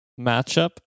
matchup